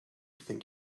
think